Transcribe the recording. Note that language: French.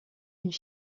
une